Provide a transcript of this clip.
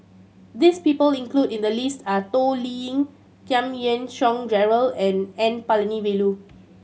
this people included in the list are Toh Liying Giam Yean Song Gerald and N Palanivelu